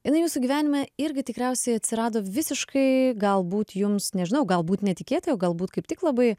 jinai jūsų gyvenime irgi tikriausiai atsirado visiškai galbūt jums nežinau galbūt netikėtai o galbūt kaip tik labai